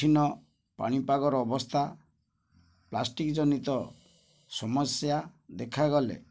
କଠିନ ପାଣିପାଗର ଅବସ୍ଥା ପ୍ଲାଷ୍ଟିକ ଜନିତ ସମସ୍ୟା ଦେଖାଗଲେ